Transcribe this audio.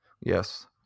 yes